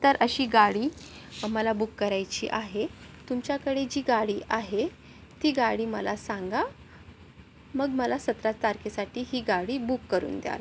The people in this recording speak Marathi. तर अशी गाडी आम्हाला बुक करायची आहे तुमच्याकडे जी गाडी आहे ती गाडी मला सांगा मग मला सतरा तारखेसाठी ही गाडी बुक करून द्याल